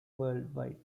worldwide